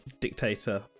dictator